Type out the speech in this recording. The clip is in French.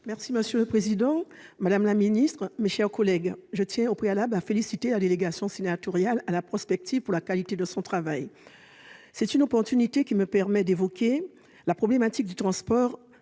Mme Victoire Jasmin. Madame la ministre, mes chers collègues, je tiens au préalable à féliciter la délégation sénatoriale à la prospective pour la qualité de son travail. Ce débat est une opportunité qui me permet d'évoquer la problématique du transport